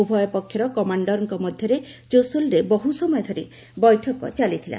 ଉଭୟ ପକ୍ଷର କମାଶ୍ଡରଙ୍କ ମଧ୍ୟରେ ଚୁସୁଲ୍ରେ ବହୁସମୟ ଧରି ବୈଠକ ଚାଲିଥିଲା